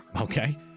Okay